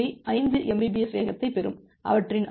5 mbps வேகத்தைப் பெறும் அவற்றின் அனுப்பும் வீதம் 0